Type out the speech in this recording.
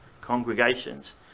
congregations